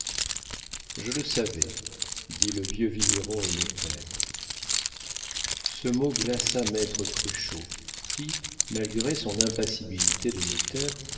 je le savais dit le vieux vigneron au notaire ce mot glaça maître cruchot qui malgré son impassibilité de